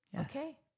okay